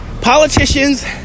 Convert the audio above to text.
politicians